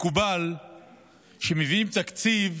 מקובל שכשמביאים תקציב,